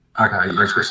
Okay